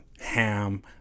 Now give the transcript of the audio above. ham